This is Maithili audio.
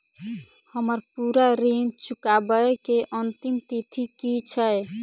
हम्मर पूरा ऋण चुकाबै केँ अंतिम तिथि की छै?